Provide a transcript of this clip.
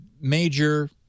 major